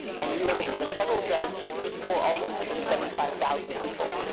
and we were able to get a federal judge to restore all one hundred and seventy five thousand people.